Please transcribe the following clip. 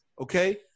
okay